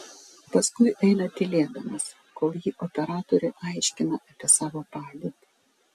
paskui eina tylėdamas kol ji operatoriui aiškina apie savo padėtį